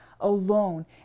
alone